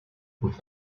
with